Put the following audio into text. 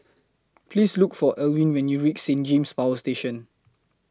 Please Look For Elwyn when YOU REACH Saint James Power Station